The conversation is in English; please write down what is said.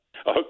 Okay